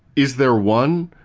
is there one?